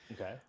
Okay